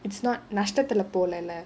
it's not நஷ்டத்துல போலல:nashtathulla polala